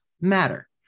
matter